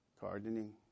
gardening